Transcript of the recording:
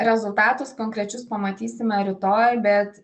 rezultatus konkrečius pamatysime rytoj bet